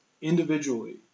individually